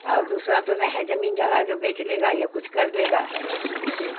اور دوسرا تو نہ ہے زمین جگہ جو بیچ لے گا یا کچھ کر لے گا اس سے